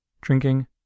drinking